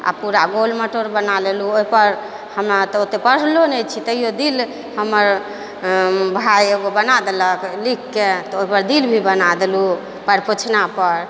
आ पूरा गोल मटोल बना लेलहुँ ओहिपर हमरा तऽ ओतेक पढ़लो नहि छी तैयो दिल हमर भाय एगो बना देलक लिखिके तऽ ओहिपर दिल भी बना देलहुँ पएर पोछनापर